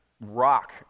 rock